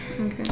Okay